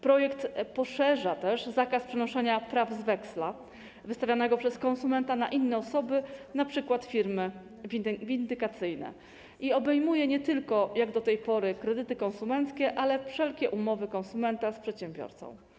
Projekt poszerza też zakaz przenoszenia praw z weksla wystawionego przez konsumenta na inne osoby, np. firmy windykacyjne, i obejmuje nie tylko, jak do tej pory, kredyty konsumenckie, ale wszelkie umowy konsumenta z przedsiębiorcą.